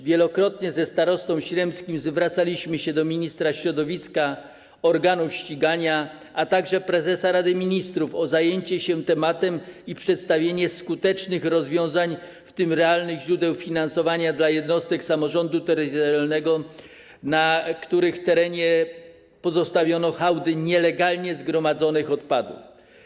Wielokrotnie ze starostą śremskim zwracaliśmy się do ministra środowiska, organów ścigania, a także prezesa Rady Ministrów o zajęcie się tą sprawą i przedstawienie skutecznych rozwiązań, w tym realnych źródeł finansowania, dla jednostek samorządu terytorialnego, na terenie których pozostawiono hałdy nielegalnie zgromadzonych odpadów.